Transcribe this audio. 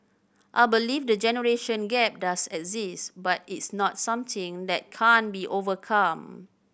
I believe the generation gap does exist but it's not something that can't be overcome